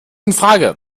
infrage